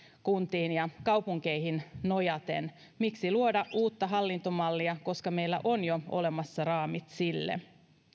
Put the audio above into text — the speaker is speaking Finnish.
kuntiin ja kaupunkeihin nojaten miksi luoda uutta hallintomallia koska meillä on jo olemassa raamit sille